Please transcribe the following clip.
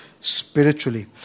spiritually